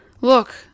Look